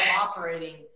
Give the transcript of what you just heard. operating